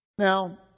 Now